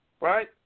Right